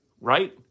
right